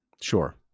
Sure